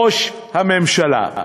ראש הממשלה.